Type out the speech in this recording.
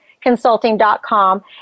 Consulting.com